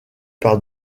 par